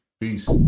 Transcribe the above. peace